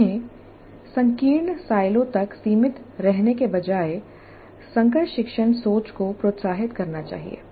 उन्हें संकीर्ण साइलो तक सीमित रहने के बजाय संकर शिक्षण सोच को प्रोत्साहित करना चाहिए